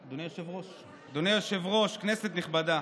אדוני היושב-ראש, כנסת נכבדה,